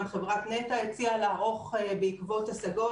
חברת נת"ע הציעה לערוך בעקבות השגות,